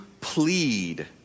plead